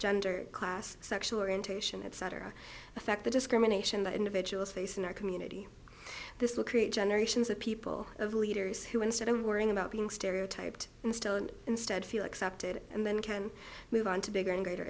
gender class sexual orientation etc affect the discrimination that individuals face in our community this will create generations of people of leaders who instead of worrying about being stereotyped and still and instead feel accepted and then can move on to bigger and greater